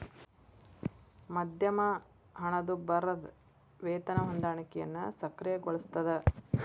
ಮಧ್ಯಮ ಹಣದುಬ್ಬರದ್ ವೇತನ ಹೊಂದಾಣಿಕೆಯನ್ನ ಸಕ್ರಿಯಗೊಳಿಸ್ತದ